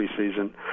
preseason